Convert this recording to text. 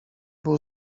był